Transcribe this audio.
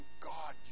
God